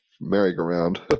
merry-go-round